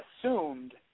assumed